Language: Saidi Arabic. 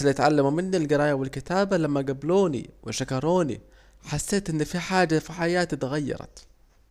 الي اتعلموا مني الجراية والكتابة لما جابلوني وشكروني حسيت ان في حاجة في حياتي اتغيرت